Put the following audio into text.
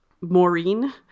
Maureen